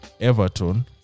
Everton